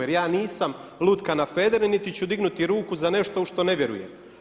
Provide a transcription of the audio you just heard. Jer ja nisam lutka na federe niti ću dignuti ruku za nešto u što ne vjerujem.